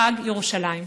חג ירושלים שמח.